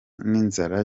n’inzara